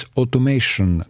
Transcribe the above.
automation